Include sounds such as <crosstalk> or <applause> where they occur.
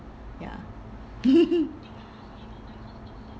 ya <laughs>